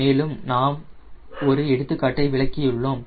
மேலும் நாம் ஒரு எடுத்துக்காட்டை விளக்கியுள்ளோம்